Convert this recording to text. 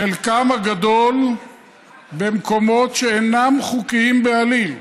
חלקם הגדול במקומות שאינם חוקיים בעליל.